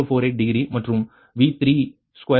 048 degree மற்றும் V32 1